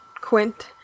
Quint